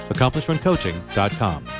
AccomplishmentCoaching.com